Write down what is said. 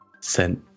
sent